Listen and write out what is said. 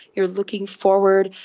you are looking forward,